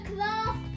Class